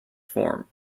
form